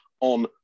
on